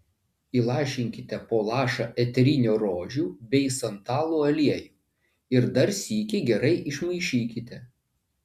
įlašinkite po lašą eterinio rožių bei santalų aliejų ir dar sykį gerai išmaišykite